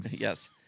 Yes